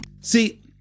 See